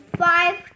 five